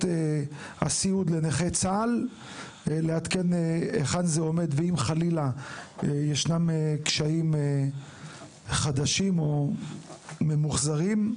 הסיעוד לנכי צה"ל; היכן זה עומד ואם חלילה ישנם קשיים חדשים או ממוחזרים.